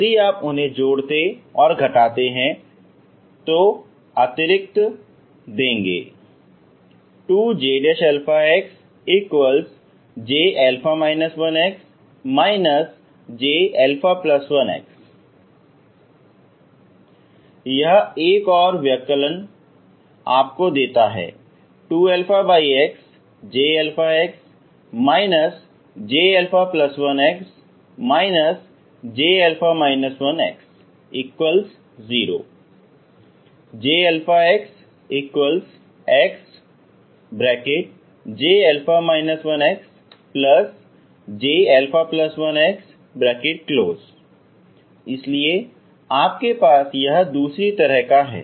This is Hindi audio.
यदि आप उन्हें जोड़ते और घटाते हैं तो अतिरिक्त देंगे 2JxJα 1x Jα1x यह एक और व्यवकलन आपको देता है 2αxJ x Jα1x Jα 1x0 ⇒J xxJα 1xJα1x इसलिए आपके पास यह दूसरी तरह का है